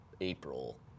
April